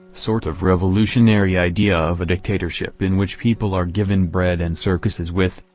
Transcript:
sort of revolutionary idea of a dictatorship in which people are given bread and circuses with,